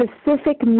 specific